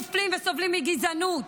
מופלים וסובלים מגזענות.